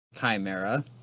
chimera